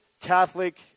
Catholic